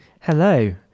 hello